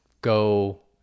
go